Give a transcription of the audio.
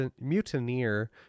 Mutineer